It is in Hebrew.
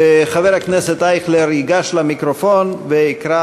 חבר הכנסת אייכלר ייגש למיקרופון ויקרא